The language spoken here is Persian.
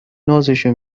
نازشو